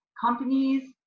companies